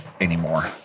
anymore